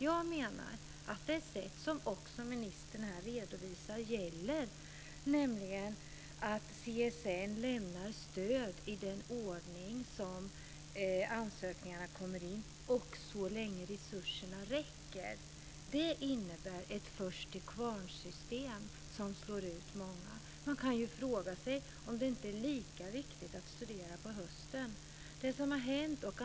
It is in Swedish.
Jag menar att det som ministern här redovisar om att CSN lämnar stöd i den ordning som ansökningarna kommer in och så länge resurserna räcker innebär ett först-till-kvarn-system, som slår ut många. Man kan fråga sig om det inte är lika viktigt att studera på hösten.